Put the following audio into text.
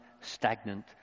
stagnant